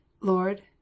Lord